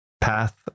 path